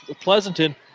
Pleasanton